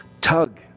Tug